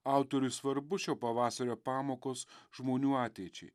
autoriui svarbu šio pavasario pamokos žmonių ateičiai